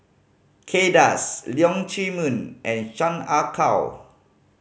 Kay Das Leong Chee Mun and Chan Ah Kow